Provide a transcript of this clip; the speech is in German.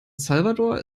salvador